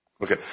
Okay